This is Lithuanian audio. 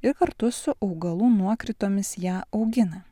ir kartu su augalų nuokritomis ją augina